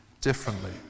differently